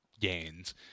gains